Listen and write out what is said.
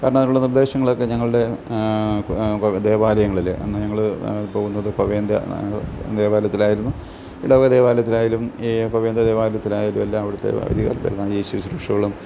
കാരണം അതിനുള്ള നിർദ്ദേശങ്ങളൊക്കെ ഞങ്ങളുടെ ദേവാലയങ്ങളിൽ അന്ന് ഞങ്ങൾ പോകുന്നത് ദേവാലയത്തിലായിരുന്നു ഇടവക ദേവാലയത്തിലായാലും ഈ ദേവാലയത്തിലായാലും എല്ലാം അവിടുത്തെ